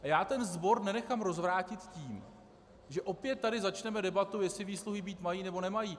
A já ten sbor nenechám rozvrátit tím, že tady opět začneme debatu, jestli výsluhy být mají, nebo nemají.